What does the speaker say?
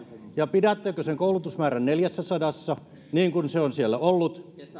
ja pidättekö sen koulutusmäärän neljässäsadassa niin kuin se on siellä ollut